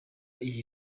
iri